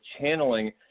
channeling